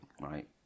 Right